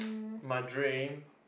my dream